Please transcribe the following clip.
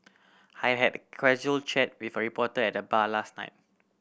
I had a casual chat with a reporter at the bar last night